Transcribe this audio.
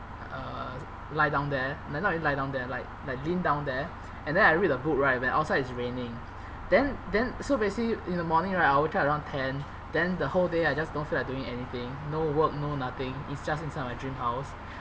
uh lie down there like not really lie down there like like lean down there and then I read a book right when outside it's raining then then so basically in the morning right I wake up around ten then the whole day I just don't feel like doing anything no work no nothing it's just inside my dream house